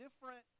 different